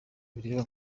bireba